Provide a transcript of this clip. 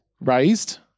raised